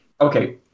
okay